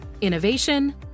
Innovation